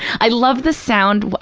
i love the sound,